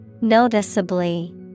Noticeably